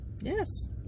Yes